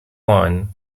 one